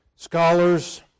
Scholars